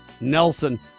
Nelson